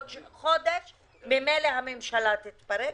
עוד חודש ממילא הממשלה תתפרק.